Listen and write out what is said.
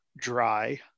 dry